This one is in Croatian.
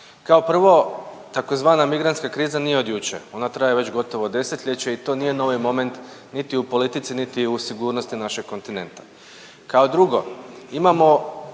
Kao prvo tzv. migrantska kriza nije od jučer, ona traje već gotovo 10-ljeće i to nije novi moment niti u politici, niti u sigurnosti našeg kontinenta. Kao drugo, imamo